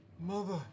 Mother